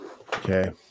Okay